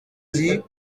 dis